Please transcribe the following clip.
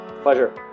Pleasure